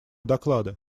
доклада